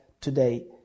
today